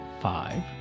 five